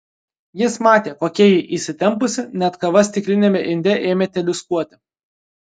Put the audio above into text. jis matė kokia ji įsitempusi net kava stikliniame inde ėmė teliūskuoti